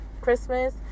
Christmas